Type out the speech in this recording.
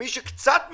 ומי שקצת מבין,